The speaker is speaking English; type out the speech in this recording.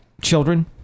children